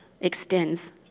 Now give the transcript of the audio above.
extends